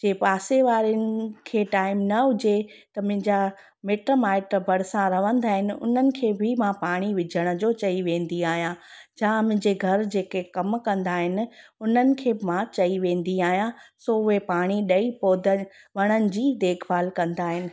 जे पासे वारनि खे टाइम न हुजे त मुंहिंजा मिट माइट भरिसां रहंदा आहिनि उन्हनि खे बि मां पाणी विझण जो चई वेंदी आहियां जा मुंहिंजे घर जेके कमु कंदा आहिनि उन्हनि खे मां चई वेंदी आहियां सो उहे पाणी ॾेई पौधनि वणनि जी देखभाल कंदा आहिनि